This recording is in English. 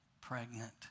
pregnant